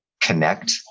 connect